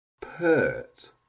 pert